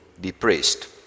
depressed